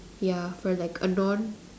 ya for like a non